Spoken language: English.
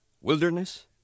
Wilderness